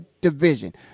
division